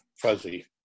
fuzzy